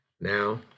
now